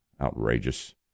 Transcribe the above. Outrageous